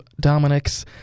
Dominic's